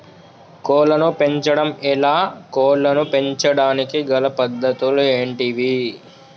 కోళ్లను పెంచడం ఎలా, కోళ్లను పెంచడానికి గల పద్ధతులు ఏంటివి?